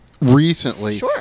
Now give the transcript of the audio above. recently